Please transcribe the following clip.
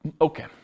Okay